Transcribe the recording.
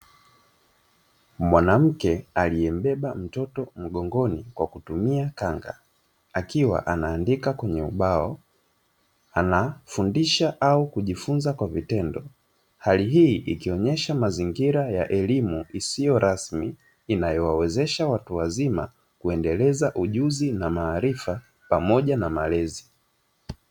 Mwanamke aliembeba mtoto mgongoni kwa kutumia kanga akiwa anaandika kwenye ubao, anafundisha au kujifunza kwa vitendo hali hii ikionyesha mazingira ya elimu isiyo rasmi inayowawezesha watu wazima kuendeleza ujuzi na maarifa pamoja na malezi.